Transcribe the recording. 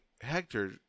Hector